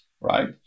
right